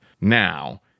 now